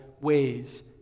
ways